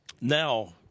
Now